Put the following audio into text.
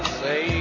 say